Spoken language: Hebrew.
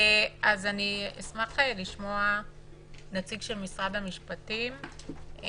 אשמח לשמוע נציג של משרד המשפטים.